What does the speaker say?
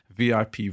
vip